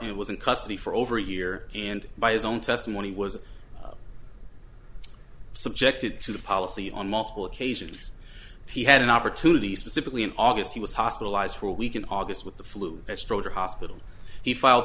it was in custody for over a year and by his own testimony was subjected to a policy on multiple occasions he had an opportunity specifically in august he was hospitalized for a week in august with the flu at stroger hospital he filed